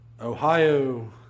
Ohio